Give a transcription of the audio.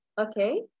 okay